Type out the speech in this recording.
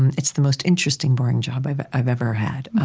and it's the most interesting boring job i've i've ever had,